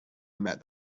met